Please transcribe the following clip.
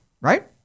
right